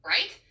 Right